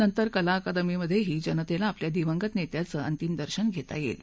नंतर कलाअकादमीमधेही जनतेला आपल्या दिवंगत नेत्याचं अंतिम दर्शन घेता येईल